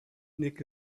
nick